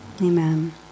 Amen